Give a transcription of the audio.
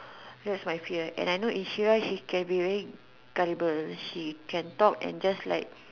that's my fear and I know if she wants she can be very gullible she can talk and just like